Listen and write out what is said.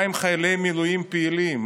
מה עם חיילי מילואים פעילים?